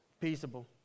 Peaceable